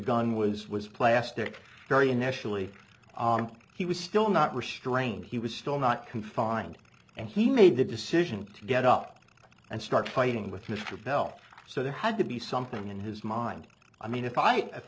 gun was was plastic carry initially he was still not restrained he was still not confined and he made the decision to get up and start fighting with mr bell so there had to be something in his mind i mean if i